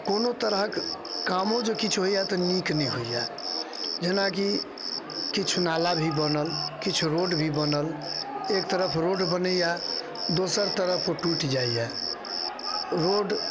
कोनो तरहके कामो जे किछु होइए तऽ नीक नहि होइए जेनाकि किछु नाला भी बनल किछु रोड भी बनल एक तरफ रोड बनैए दोसर तरफ टुटि जाइए रोड